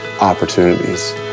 opportunities